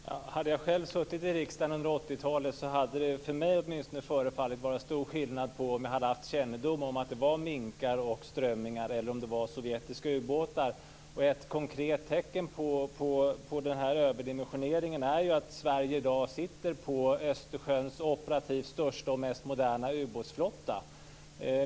Fru talman! Hade jag själv suttit i riksdagen under 80-talet hade jag tyckt att det var stor skillnad mellan kännedom om minkar och strömmingar och kännedom om sovjetiska ubåtar. Ett konkret tecken på denna överdimensionering är att Sverige i dag sitter på Östersjöns operativt största och mest moderna ubåtsflotta.